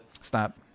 Stop